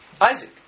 Isaac